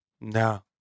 No